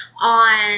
on